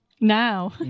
now